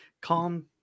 Calm